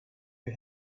you